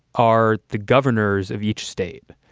are the governors of each state.